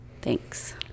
Thanks